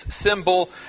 symbol